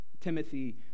Timothy